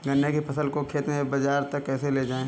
गन्ने की फसल को खेत से बाजार तक कैसे लेकर जाएँ?